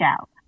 out